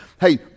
hey